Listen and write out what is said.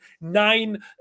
nine